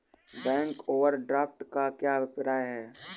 Bank overdraft का क्या अभिप्राय है?